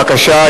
בבקשה,